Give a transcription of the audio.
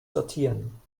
sortieren